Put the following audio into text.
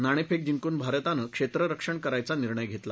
नाणेफेक जिंकून भारतानं क्षेत्ररक्षण करायचा निर्णय घेतला